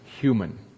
human